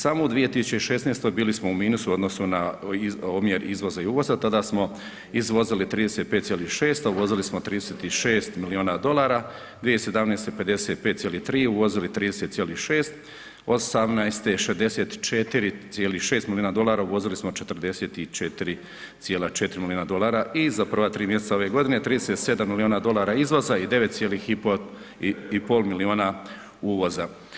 Samo u 2016. bili smo u minusu odnosno omjer izvoza i uvoza, tada smo izvozili 35,6, a uvozili smo 36 milijuna dolara, 2017. 55,3, uvozili 30,6, 2018. 64,6 milijuna dolara uvozili smo 44,4 milijuna dolara i za prva tri mjeseca ove godine 37 milijuna dolara izvoza i 9,5 milijuna uvoza.